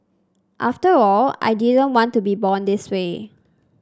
after all I didn't want to be born this way